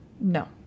No